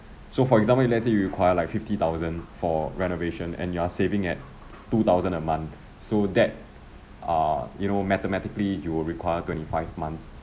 so for example if let's say you require like fifty thousand for renovation and you are saving at two thousand a month so that err you know mathematically you will require twenty-five months